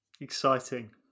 exciting